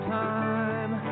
time